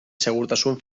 segurtasun